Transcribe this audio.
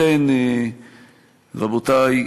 רבותי,